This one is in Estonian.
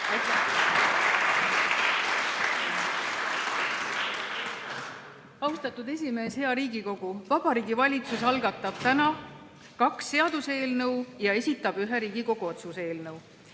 Austatud esimees! Hea Riigikogu! Vabariigi Valitsus algatab täna kaks seaduseelnõu ja esitab ühe Riigikogu otsuse eelnõu.